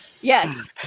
Yes